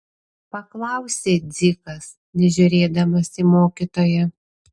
paklausė dzikas nežiūrėdamas į mokytoją